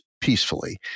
peacefully